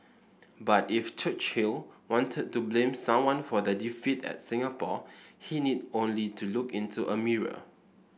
but if Churchill wanted to blame someone for the defeat at Singapore he need only to look into a mirror